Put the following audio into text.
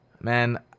man